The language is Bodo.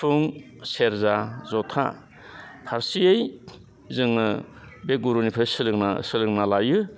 सिफुं सेरजा ज'था फारसेयै जोङो बे गुरुनिफ्राय सोलोंना सोलोंना लायो